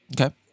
okay